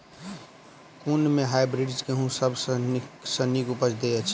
कुन सँ हायब्रिडस गेंहूँ सब सँ नीक उपज देय अछि?